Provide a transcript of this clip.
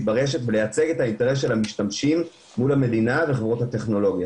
ברשת ולייצג את האינטרס של המשתמשים מול המדינה וחברות הטכנולוגיה.